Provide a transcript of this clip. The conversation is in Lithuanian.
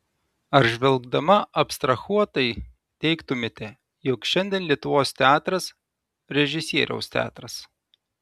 ar žvelgdama abstrahuotai teigtumėte jog šiandien lietuvos teatras režisieriaus teatras